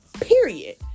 Period